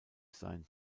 sein